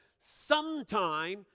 sometime